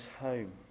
home